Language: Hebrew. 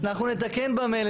אנחנו נתקן במלל.